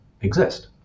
exist